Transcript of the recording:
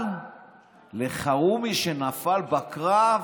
אבל על אלחרומי, שנפל בקרב,